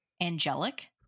angelic